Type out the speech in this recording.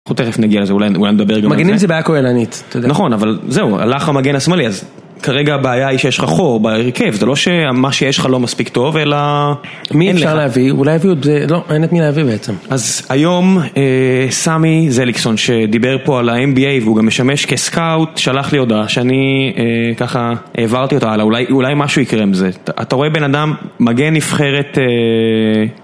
אנחנו תכף נגיע לזה, אולי נדבר גם על זה. - מגנים זה בעיה כהלנית, אתה יודע. - נכון, אבל זהו, הלך המגן השמאלי. אז כרגע הבעיה היא שיש לך חור ברכב. זה לא שמה שיש לך לא מספיק טוב, אלא - מי אפשר להביא? אין לך מי להביא בעצם. - אז היום סמי זליקסון, שדיבר פה על ה-MBA והוא גם משמש כסקאוט, שלח לי הודעה שאני ככה העברתי אותה, אלא אולי משהו יקרה עם זה. אתה רואה בן אדם, מגן נבחרת...